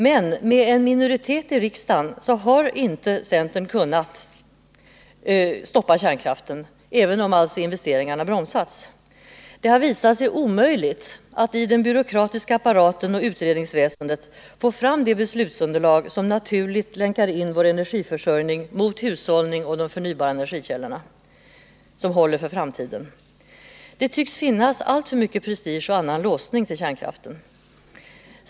Men med en minoritet i riksdagen har inte centern kunnat stoppa kärnkraften, även om investeringarna bromsats. Det har visat sig omöjligt att i den byråkratiska apparaten och utredningsväsendet få fram det beslutsunderlag som naturligt länkar in vår energiförsörjning mot hushållning och de förnybara energikällorna som håller för framtiden. Det tycks finnas alltför mycket prestige och annan låsning till kärnkraften.